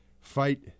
fight